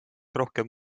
rohkem